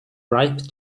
ripe